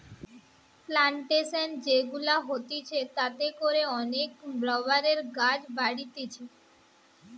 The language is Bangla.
প্লানটেশন যে গুলা হতিছে তাতে করে অনেক রাবারের গাছ বাড়তিছে